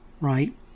Right